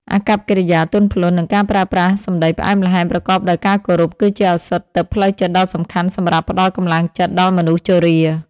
អាកប្បកិរិយាទន់ភ្លន់ និងការប្រើប្រាស់សម្តីផ្អែមល្ហែម ប្រកបដោយការគោរព គឺជាឱសថទិព្វផ្លូវចិត្តដ៏សំខាន់សម្រាប់ផ្តល់កម្លាំងចិត្តដល់មនុស្សជរា។